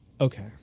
okay